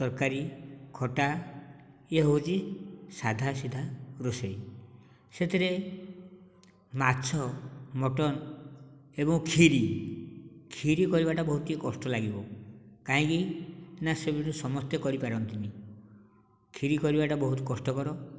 ତରକାରୀ ଖଟା ଏହା ହେଉଛି ସାଧା ସିଧା ରୋଷେଇ ସେଥିରେ ମାଛ ମଟନ ଏବଂ କ୍ଷୀରି କ୍ଷୀରି କରିବାଟା ବହୁତ ଟିକେ କଷ୍ଟ ଲାଗିବ କାହିଁକି ନା ସେମିତି ସମସ୍ତେ କରିପାରନ୍ତିନି କ୍ଷୀରି କରିବାଟା ବହୁତ କଷ୍ଟକର